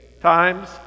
Times